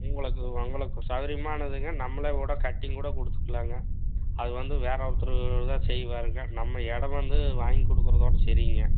உங்களுக்கு உங்களுக்கு சௌகரியமானதுங்க நம்மளேகூட கட்டிங்கூட கொடுத்துக்குலாங்க அது வந்து வேறு ஒருத்தர் தான் செய்வாருங்க நம்ம இடம் வந்து வாங்கிக் கொடுக்குறதோட சரிங்க